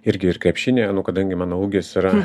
irgi ir krepšinį nu kadangi mano ūgis yra